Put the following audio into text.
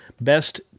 Best